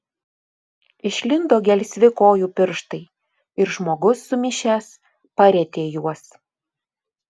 išlindo gelsvi kojų pirštai ir žmogus sumišęs parietė juos